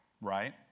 Right